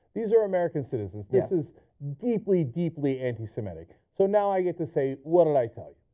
these are american citizens, this is deeply deeply anti-semitic, so now i get to say, what did i tell you?